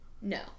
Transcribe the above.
no